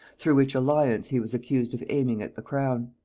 through which alliance he was accused of aiming at the crown.